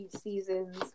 seasons